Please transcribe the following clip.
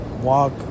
walk